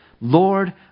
Lord